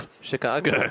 Chicago